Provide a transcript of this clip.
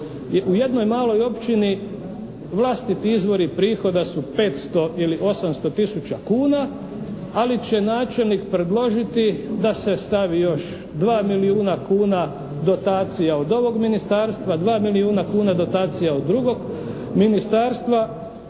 u jednoj maloj općini vlastiti izvori prihoda su 500 ili 800 tisuća kuna, ali će načelnik predložiti da se stavi još dva milijuna kuna dotacija od ovog ministarstva, dva milijuna kuna dotacija od drugog ministarstva